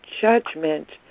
judgment